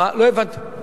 לא הבנתי.